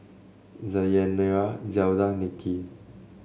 Deyanira Zelda Nicky